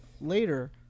later